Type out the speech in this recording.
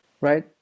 right